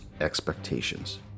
expectations